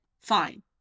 Fine